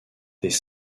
des